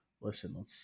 listen